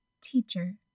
teacher